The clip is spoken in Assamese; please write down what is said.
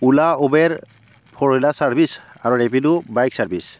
উলা উবেৰ ফ'ৰ হুইলাৰ চাৰ্ভিছ আৰু ৰেপিড' বাইক ছাৰ্ভিচ